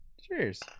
cheers